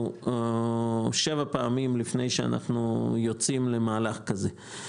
שבע פעמים לפני שאנחנו יוצאים למהלך כזה.